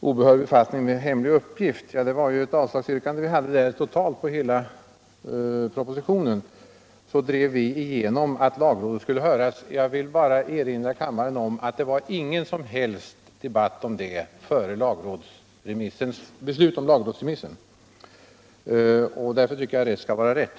obehörig befattning med hemlig uppgift — vi hade där ett avslagsyrkande totalt på hela propositionen — så drev vi igenom att lagrådet skulle höras. Jag vill bara erinra kammaren om att det inte förekom någon som helst debatt om det före beslutet om lagrådsremissen. Jag tycker att rätt skall vara rätt.